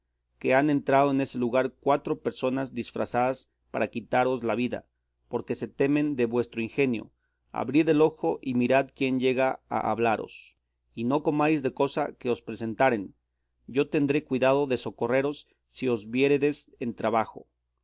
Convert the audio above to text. que han entrado en ese lugar cuatro personas disfrazadas para quitaros la vida porque se temen de vuestro ingenio abrid el ojo y mirad quién llega a hablaros y no comáis de cosa que os presentaren yo tendré cuidado de socorreros si os viéredes en trabajo